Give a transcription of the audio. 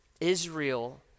Israel